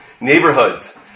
neighborhoods